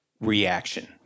reaction